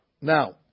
Now